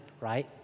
right